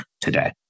today